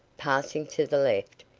passing to the left,